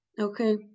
okay